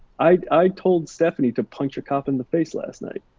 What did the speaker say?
i told stephanie to punch a cop in the face last night.